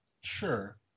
Sure